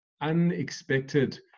unexpected